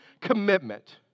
commitment